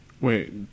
Wait